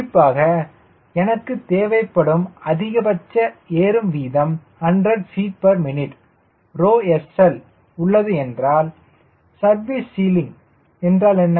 குறிப்பாக எனக்கு தேவைப்படும் அதிகபட்ச ஏறும் வீதம் 100 ftmin SL உள்ளது என்றால் சர்வீஸ் சீலிங் என்றால் என்ன